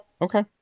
Okay